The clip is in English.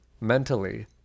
mentally